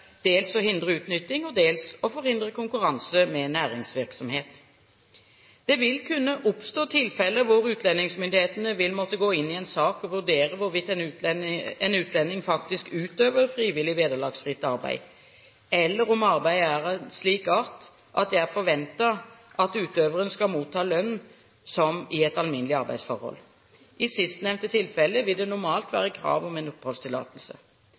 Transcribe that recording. dels å hindre utnytting og dels å forhindre konkurranse med næringsvirksomhet. Det vil kunne oppstå tilfeller hvor utlendingsmyndighetene vil måtte gå inn i en sak og vurdere hvorvidt en utlending faktisk utøver frivillig, vederlagsfritt arbeid, eller om arbeidet er av en slik art at det er forventet at utøveren skal motta lønn som i et alminnelig arbeidsforhold. I sistnevnte tilfelle vil det normalt være krav om en oppholdstillatelse.